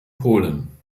polen